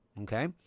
okay